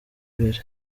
ibiri